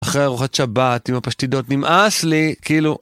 אחרי ארוחת שבת עם הפשטידות נמאס לי, כאילו...